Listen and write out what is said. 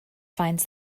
finds